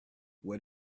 what